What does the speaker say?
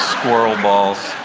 squirrel balls,